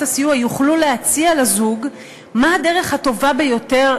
הסיוע יוכלו להציע לזוג מה הדרך הטובה ביותר,